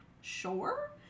sure